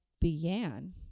began